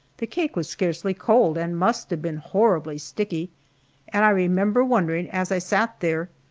the cake was scarcely cold, and must have been horribly sticky and i remember wondering, as i sat there,